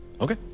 Okay